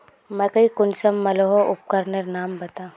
मकई कुंसम मलोहो उपकरनेर नाम बता?